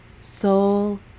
soul